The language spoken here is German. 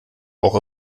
auch